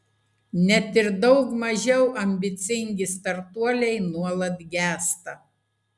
net ir daug mažiau ambicingi startuoliai nuolat gęsta